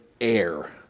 air